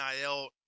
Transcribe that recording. NIL